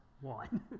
one